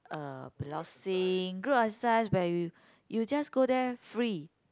uh piloxing group exercise where you you just go there free